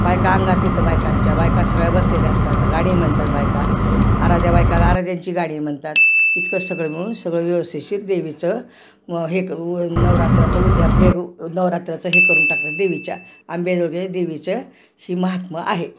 बायका अंगात येतं बायकांच्या बायका सगळ्या बसलेल्या असतात गाणी म्हणतात बायका आराध्या बायका आराध्यांची गाडी म्हणतात इतकं सगळं मिळून सगळं व्य्वस्थिशीर देवीचं हे करू नवरात्राचं उद्यापन हे नवरात्राचं हे करून टाकतात देवीच्या आंबेजोगाई देवीच हे महात्म्य आहे